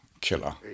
killer